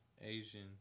Asian